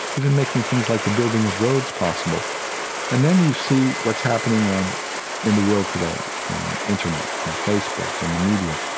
even making things like the building of roads possible and then you see what's happening in the world today in internet and facebook and the media,